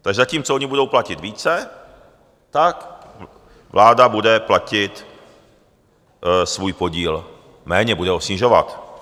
Takže zatímco oni budou platit více, tak vláda bude platit svůj podíl méně, bude ho snižovat.